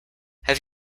have